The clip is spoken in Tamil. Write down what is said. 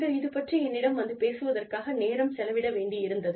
நீங்கள் இது பற்றி என்னிடம் வந்து பேசுவதற்காக நேரம் செலவிட வேண்டியிருந்தது